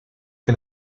que